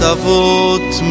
Tavot